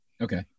Okay